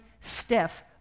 stiff